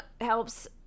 helps